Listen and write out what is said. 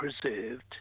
preserved